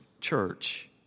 church